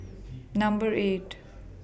Number eight